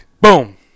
Boom